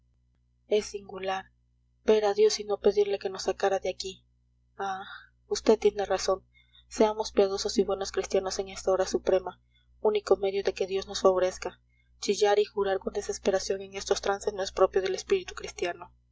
es singular ver a dios y no pedirle que nos sacara de aquí ah vd tiene razón seamos piadosos y buenos cristianos en esta hora suprema único medio de que dios nos favorezca chillar y jurar con desesperación en estos trances no es propio del espíritu cristiano